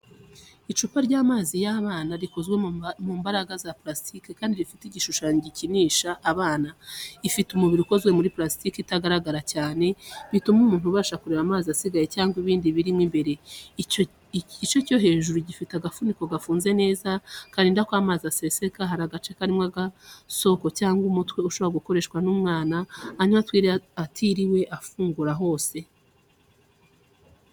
Icupa ry’amazi ry’abana rikozwe mu mbaraga za parasitike kandi rifite igishushanyo gikinisha abana. Ifite umubiri ukozwe muri parastike itagaragara cyane, bituma umuntu abasha kureba amazi asigaye cyangwa ibindi biri imbere. Igice cyo hejuru gifite agafuniko gafunga neza, karinda ko amazi aseseka. Hari agace karimo agasoko cyangwa umutwe ushobora gukoreshwa n’umwana anywa atiriwe afungura hose.